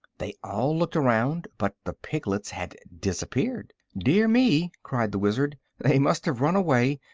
they all looked around, but the piglets had disappeared. dear me! cried the wizard they must have run away.